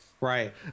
Right